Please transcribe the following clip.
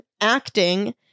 acting